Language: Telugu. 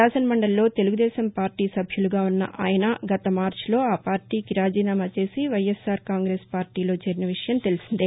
శాసనమండలిలో తెలుగుదేశం పార్టీ సభ్యుడిగా ఉన్న ఆయన గత మార్చిలో ఆ పార్టీకి రాజీనామా చేసి వైఎస్ఆర్ కాంగ్రెస్ పార్టీలో చేరిన విషయం తెలిసిందే